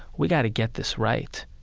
we've got to get this right.